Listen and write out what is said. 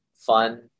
fun